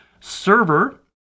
server